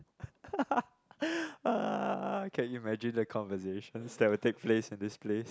can imagine the conversations that will take place in this place